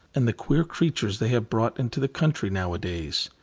and the queer creatures they have brought into the country now-a-days.